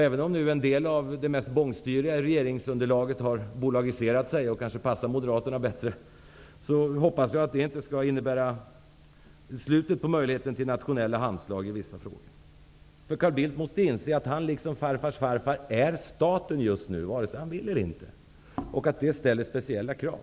Även om nu en del av de mest bångstyriga i regeringsunderlaget har bolagiserat sig och kanske passar Moderaterna bättre, hoppas jag att det inte skall innebära slutet på möjligheten till nationella handslag i vissa frågor. Carl Bildt måste inse att han liksom farfars farfar är staten just nu, vare sig han vill eller inte. Det ställer speciella krav.